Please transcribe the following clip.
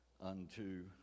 unto